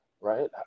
right